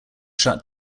shut